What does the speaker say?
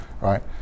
right